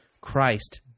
Christ